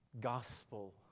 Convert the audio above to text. gospel